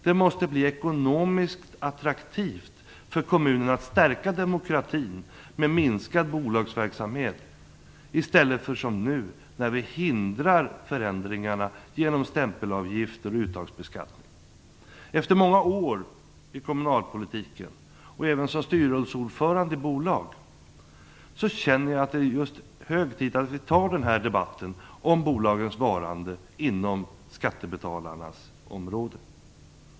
Det måste bli ekonomiskt attraktivt för kommuner att stärka demokratin genom minskad bolagsverksamhet i stället för som nu när vi hindrar förändringarna genom stämpelavgifter och uttagsbeskattning. Efter många år i kommunalpolitiken och även som styrelseordförande i bolag känner jag att det är hög tid att vi tar upp debatten om bolagens varande inom skattebetalarnas område.